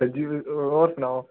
अंजी होर सनाओ